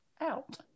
out